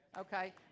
Okay